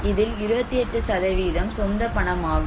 இதில் 28 சதவீதம் சொந்த பணமாகும்